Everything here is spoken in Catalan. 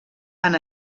han